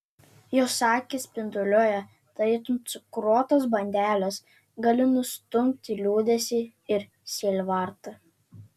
jos akys spinduliuoja tarytum cukruotos bandelės gali nustumti liūdesį ir sielvartą